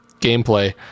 gameplay